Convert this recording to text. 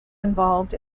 involved